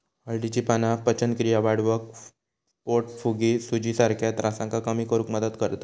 हळदीची पाना पचनक्रिया वाढवक, पोटफुगी, सुजीसारख्या त्रासांका कमी करुक मदत करतत